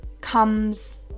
comes